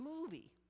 movie